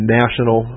national